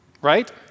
right